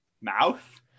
mouth